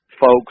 folks